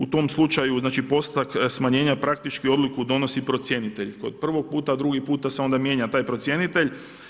U tom slučaju postotak smanjenja praktički odluku donosi procjenitelj kod prvog puta, drugi puta se onda mijenja taj procjenitelj.